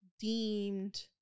deemed